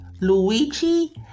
Luigi